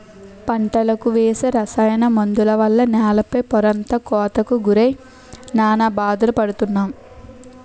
పంటలకు వేసే రసాయన మందుల వల్ల నేల పై పొరంతా కోతకు గురై నానా బాధలు పడుతున్నాం